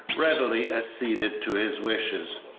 readily acceded to his wishes.